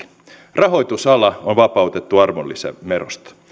rahoitusala on vapautettu arvonlisäverosta